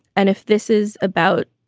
and if this is about,